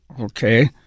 Okay